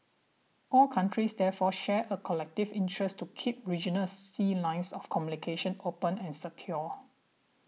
all countries therefore share a collective interest to keep regional sea lines of communication open and secure